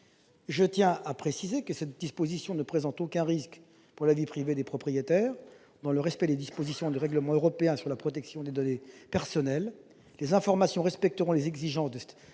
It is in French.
Je tiens à préciser que cette disposition ne présente aucun risque pour la vie privée des propriétaires et qu'elle respecte les dispositions du règlement européen sur la protection des données personnelles. Les informations respecteront les exigences